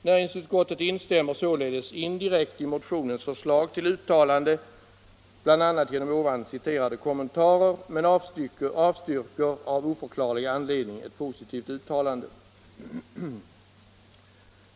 Näringsutskottet instämmer således indirekt i motionens förslag till uttalande bl.a. genom de citerade kommentarerna men avstyrker av oförklarlig anledning ett positivt uttalande.